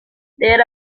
there